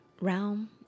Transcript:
realm